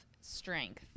strength